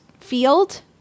field